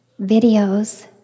videos